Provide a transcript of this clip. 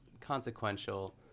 consequential